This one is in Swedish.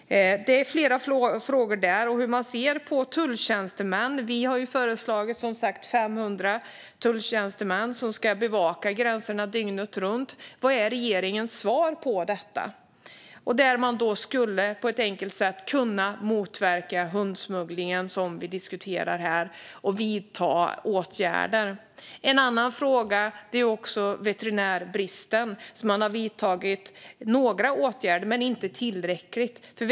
Det är flera frågor där. En annan är hur man ser på det här med tulltjänstemännen. Vi har som sagt föreslagit att 500 tulltjänstemän ska bevaka gränserna dygnet runt. Vad är regeringens svar på detta? Man skulle på ett enkelt sätt kunna motverka hundsmugglingen som vi diskuterar här och vidta åtgärder. En annan fråga är den om veterinärbristen. Man har vidtagit några åtgärder men inte tillräckligt många.